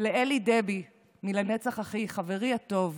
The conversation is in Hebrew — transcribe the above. לאלי דבי מ"לנצח אחי", חברי הטוב,